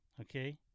Okay